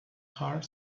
heart